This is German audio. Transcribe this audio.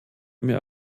mir